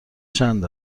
چند